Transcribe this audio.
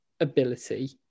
ability